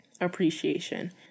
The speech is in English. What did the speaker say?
appreciation